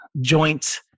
joint